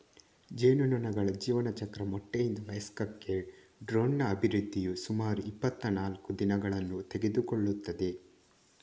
ಜೇನುನೊಣಗಳ ಜೀವನಚಕ್ರ ಮೊಟ್ಟೆಯಿಂದ ವಯಸ್ಕಕ್ಕೆ ಡ್ರೋನ್ನ ಅಭಿವೃದ್ಧಿಯು ಸುಮಾರು ಇಪ್ಪತ್ತನಾಲ್ಕು ದಿನಗಳನ್ನು ತೆಗೆದುಕೊಳ್ಳುತ್ತದೆ